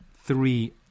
three